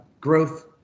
growth